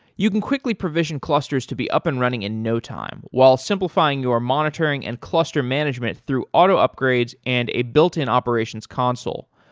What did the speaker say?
you can quickly provision clusters to be up and running in no time while simplifying your monitoring and cluster management through auto upgrades and a built-in operations console.